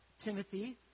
Timothy